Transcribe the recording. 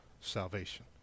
salvation